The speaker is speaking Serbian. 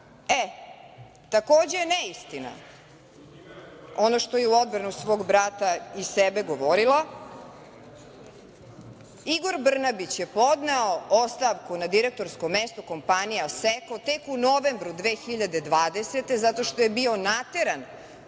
E, takođe je neistina ono što je u odbranu svog brata i sebe govorila. Igor Brnabić je podneo ostavku na direktorsko mesto u kompaniji „Aseko“ tek u novembru 2020. godine, zato što je bio nateran